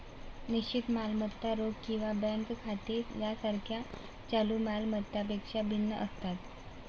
निश्चित मालमत्ता रोख किंवा बँक खाती यासारख्या चालू माल मत्तांपेक्षा भिन्न असतात